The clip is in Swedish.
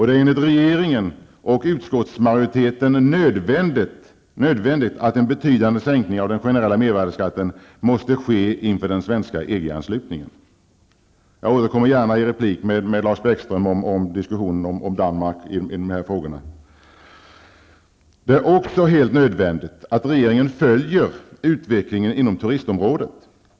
Det är enligt regeringen och utskottsmajoriteten nödvändigt att en betydande sänkning av den generella mervärdeskatten måste ske inför den svenska EG-anslutningen. Jag återkommer gärna i replik till Lars Bäckström med diskussion om Danmark i dessa frågor. Det är också helt nödvändigt att regeringen följer utvecklingen inom turistområdet.